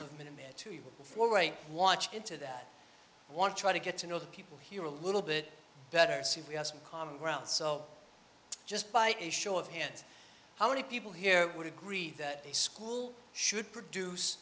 you before i watch into that one try to get to know the people here a little bit better see we have some common ground so just by a show of hands how many people here would agree that a school should produce